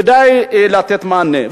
כדאי לתת מענה.